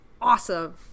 awesome